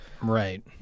Right